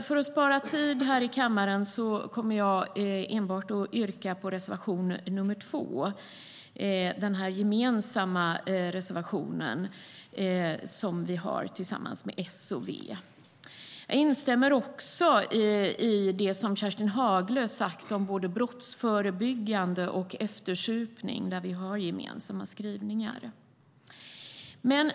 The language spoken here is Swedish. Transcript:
För att spara tid yrkar jag dock enbart på reservation nr 2 som vi har tillsammans med S och V. Jag instämmer också i det som Kerstin Haglö sade om brottsförebyggande och eftersupning, där vi har gemensamma skrivningar.